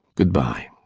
good-bye.